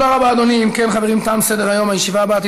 בנושא: הקמת מכללה אקדמית למגזר הבדואי בנגב.